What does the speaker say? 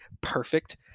perfect